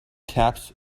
taps